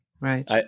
right